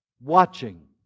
watching